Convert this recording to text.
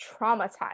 traumatized